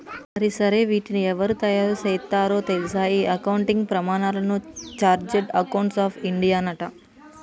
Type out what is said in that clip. మరి సరే వీటిని ఎవరు తయారు సేత్తారో తెల్సా ఈ అకౌంటింగ్ ప్రమానాలను చార్టెడ్ అకౌంట్స్ ఆఫ్ ఇండియానట